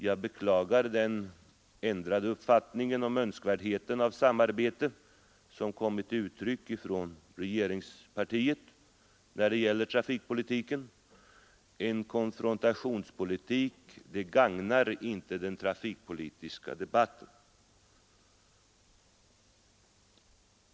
Jag beklagar den ändrade uppfattning om önskvärdheten av samarbete som kommit till uttryck från regeringspartiet när det gäller trafikpolitiken. En konfrontationspolitik gagnar inte den trafikpolitiska debatten.